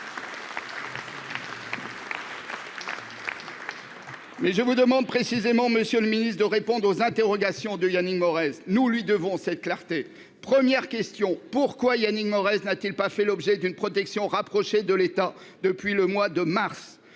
Mais je vous demande précisément, Monsieur le Ministre de répondre aux interrogations de Yannick Morez. Nous lui devons cette clarté. Première question, pourquoi. Yannick Morel n'a-t-il pas fait l'objet d'une protection rapprochée de l'État depuis le mois de mars.